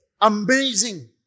amazing